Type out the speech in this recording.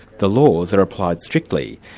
the laws are applied strictly,